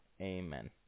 amen